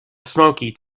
smoky